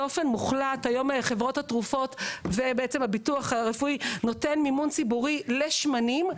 חברות התרופות והביטוח הרפואי נותן מימון ציבורי לשמנים,